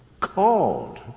called